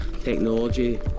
Technology